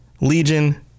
Legion